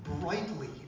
brightly